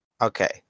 Okay